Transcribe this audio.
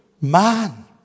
man